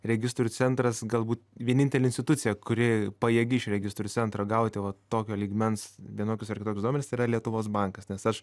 registrų centras galbūt vienintelė institucija kuri pajėgi iš registrų centro gauti va tokio lygmens vienokius ar kitokius duomenis tai yra lietuvos bankas nes aš